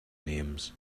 names